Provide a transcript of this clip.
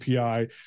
API